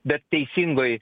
bet teisingoj